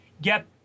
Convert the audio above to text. get